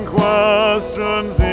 questions